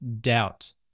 doubt